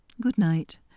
Good-night